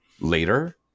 later